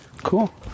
cool